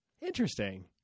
Interesting